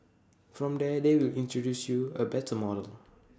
from there they will introduce you A 'better' model